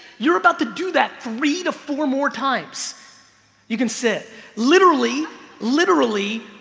you're about to do that three to four more times you can sit literally literally,